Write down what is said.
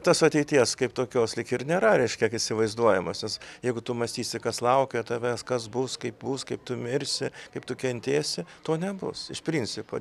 tos ateities kaip tokios lyg ir nėra reiškia įsivaizduojamosios jeigu tu mąstysi kas laukia tavęs kas bus kaip bus kaip tu mirsi kaip tu kentėsi to nebus iš principo